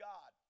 God